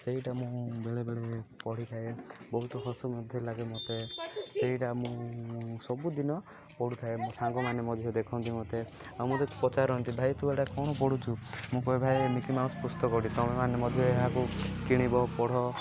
ସେଇଟା ମୁଁ ବେଳେ ବେଳେ ପଢ଼ିଥାଏ ବହୁତ ହସ ମଧ୍ୟ ଲାଗେ ମତେ ସେଇଟା ମୁଁ ସବୁଦିନ ପଢ଼ୁଥାଏ ସାଙ୍ଗମାନେ ମଧ୍ୟ ଦେଖନ୍ତି ମୋତେ ଆଉ ମୋତେ ପଚାରନ୍ତି ଭାଇ ତୁ ଏଟା କ'ଣ ପଢ଼ୁଛୁ ମୁଁ କହେ ଭାଇ ମିକି ମାଉସ୍ ପୁସ୍ତକଟି ତୁମେ ମାନେ ମଧ୍ୟ ଏହାକୁ କିଣିବ ପଢ଼